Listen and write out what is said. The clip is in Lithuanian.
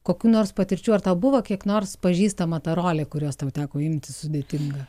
kokių nors patirčių ar tai buvo kiek nors pažįstama ta rolė kurios tau teko imtis sudėtinga